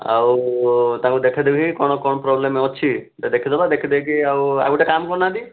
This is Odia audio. ଆଉ ତାଙ୍କୁ ଦେଖେଇଦେବି କ'ଣ କ'ଣ ପ୍ରୋବ୍ଲେମ୍ ଅଛି ଦେଖିଦେବା ଦେଖେଇଦେଇକି ଆଉ ଆଉ ଗୋଟେ କାମ କରୁନାହାନ୍ତି